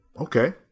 Okay